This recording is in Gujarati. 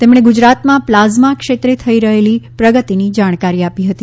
તેમણે ગુજરાતમાં પ્લાઝમા ક્ષેત્રે થઈ રહેલી પ્રગતિની જાણકારી આપી હતી